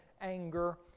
anger